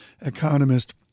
economist